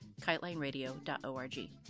KiteLineRadio.org